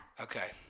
Okay